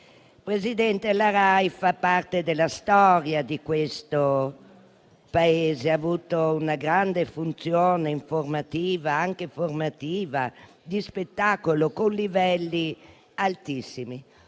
Presidente, la Rai fa parte della storia di questo Paese, ha avuto una grande funzione informativa, formativa e di spettacolo, con livelli altissimi.